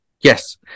Yes